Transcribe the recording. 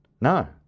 No